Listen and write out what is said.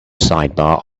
sidebar